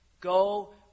Go